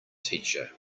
teacher